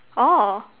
orh